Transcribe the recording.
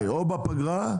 אני מקווה שלא.